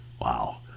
Wow